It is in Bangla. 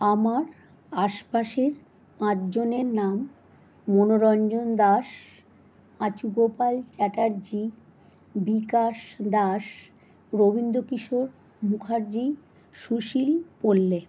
আমার আশপাশের পাঁচজনের নাম মনোরঞ্জন দাস পাঁচুগোপাল চ্যাটার্জি বিকাশ দাস রবীন্দ্রকিশোর মুখার্জি সুশীল পোল্লে